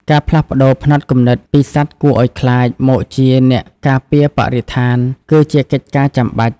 ការផ្លាស់ប្តូរផ្នត់គំនិតពី "សត្វគួរឱ្យខ្លាច" មកជា "អ្នកការពារបរិស្ថាន" គឺជាកិច្ចការចាំបាច់។